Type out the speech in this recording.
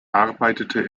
arbeitete